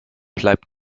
bleib